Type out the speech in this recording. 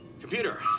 computer